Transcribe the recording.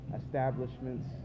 establishments